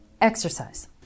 Exercise